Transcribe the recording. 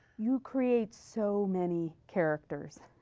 you create so many characters.